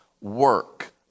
work